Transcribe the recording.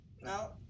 No